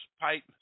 pipe